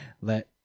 let